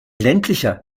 ländlicher